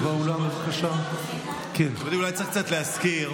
אולי צריך להזכיר,